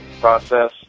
process